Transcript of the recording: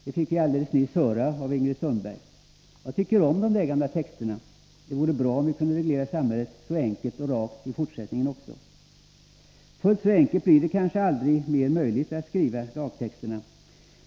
Det fick vi alldeles nyss höra av Ingrid Sundberg. Jag tycker om de gamla texterna. Det vore bra om vi kunde reglera samhället så enkelt och rakt också i fortsättningen. Fullt så enkelt blir det kanske aldrig mer möjligt att skriva lagtexter.